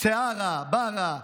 מסראוה בראא,